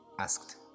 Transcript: asked